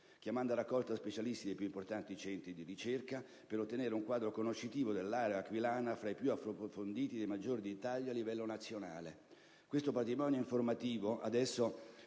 chiamando a raccolta specialisti dei più importanti centri di ricerca per ottenere un quadro conoscitivo dell'area aquilana fra i più approfonditi e maggiori a livello nazionale. Questo patrimonio informativo adesso